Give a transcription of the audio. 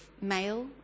male